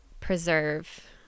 preserve